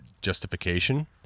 justification